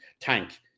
tank